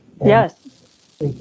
Yes